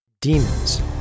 demons